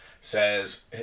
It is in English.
says